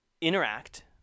interact